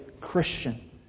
Christian